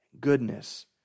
goodness